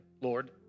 Lord